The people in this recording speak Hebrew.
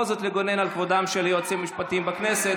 זאת לגונן על כבודם של היועצים המשפטיים בכנסת,